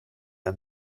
and